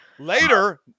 Later